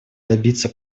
добиться